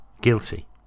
guilty